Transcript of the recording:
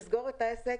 תסגור את העסק,